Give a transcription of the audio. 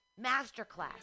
Masterclass